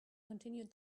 continued